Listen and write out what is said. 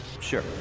Sure